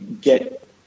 get